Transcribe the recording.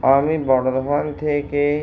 আমি থেকে